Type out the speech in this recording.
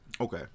okay